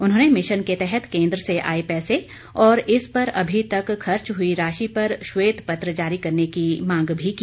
उन्होंने मिशन के तहत केंद्र से आये पैसे और इस पर अभी तक खर्च हुई राशि पर श्वेत पत्र जारी करने की मांग भी की